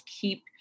keep